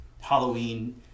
Halloween